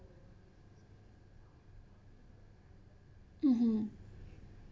mmhmm